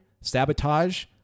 Sabotage